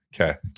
Okay